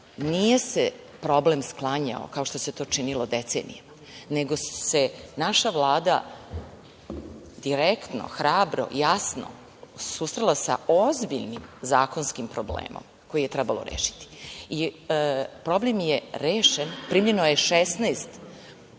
nije se problem sklanjao, kao što se ti činilo decenijama, nego se naša Vlada direktno, hrabro, jasno susrela sa ozbiljnim zakonskim problemom koji je trebalo rešiti. Problem je rešen, primljeno je 16 mladih